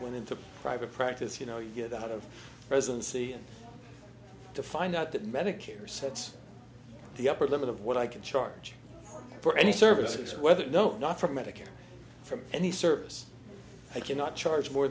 into private practice you know you get out of residency and to find out that medicare sets the upper limit of what i can charge for any services whether no not from medicare from any service i cannot charge more